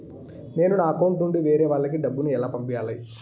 నేను నా అకౌంట్ నుండి వేరే వాళ్ళకి డబ్బును ఎలా పంపాలి?